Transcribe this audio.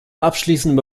abschließende